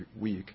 Week